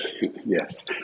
Yes